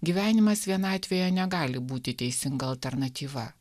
gyvenimas vienatvėje negali būti teisinga alternatyva